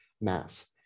mass